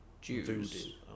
Jews